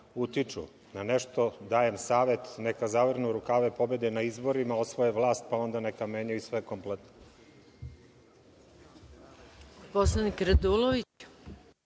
utiču na nešto, dajem savet neka zavrnu rukave, pobede na izborima, osvoje vlast, pa onda neka menjaju i sve kompletno.